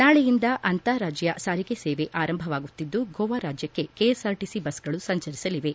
ನಾಳೆಯಿಂದ ಅಂತಾರಾಜ್ಯ ಸಾರಿಗೆ ಸೇವೆ ಅರಂಭವಾಗುತ್ತಿದ್ದು ಗೋವಾ ರಾಜ್ಯಕ್ಕೆ ಕೆಎಸ್ಆರ್ಟಿಸಿ ಬಸ್ಗಳು ಸಂಚರಿಸಲಿವೆ